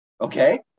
Okay